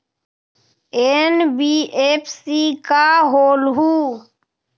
NBFC का होलहु?